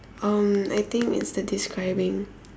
um I think it's the describing